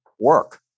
work